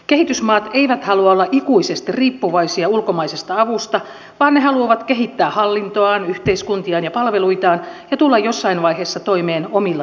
kehitysmaat eivät halua olla ikuisesti riippuvaisia ulkomaisesta avusta vaan ne haluavat kehittää hallintoaan yhteiskuntiaan ja palveluitaan ja tulla jossain vaiheessa toimeen omilla tuloillaan